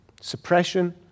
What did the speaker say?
Suppression